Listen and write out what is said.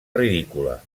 ridícula